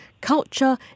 culture